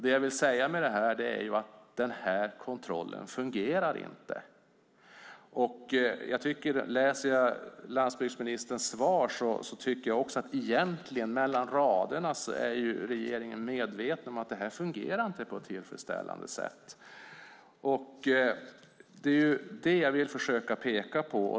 Det jag vill säga med det här är ju att kontrollen inte fungerar. Läser jag landsbygdsministerns svar tycker jag också att jag mellan raderna egentligen kan se att regeringen är medveten om att det här inte fungerar på ett tillfredsställande sätt. Det är det jag vill försöka peka på.